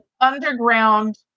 underground